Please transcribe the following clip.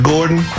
Gordon